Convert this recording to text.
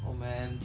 oh man